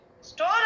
store